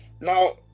now